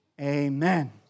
Amen